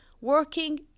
working